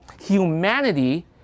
humanity